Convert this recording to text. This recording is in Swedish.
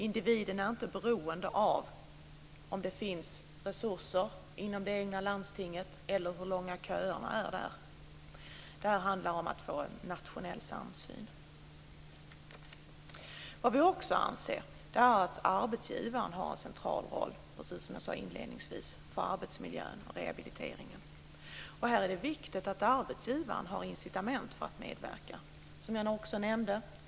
Individen ska inte vara beroende av om det finns resurser inom det egna landstinget eller av hur långa köerna är. Det handlar om att få en nationell samsyn. Vi anser också att arbetsgivaren har en central roll för arbetsmiljön och rehabiliteringen. Det är viktigt att arbetsgivaren har incitament för att medverka.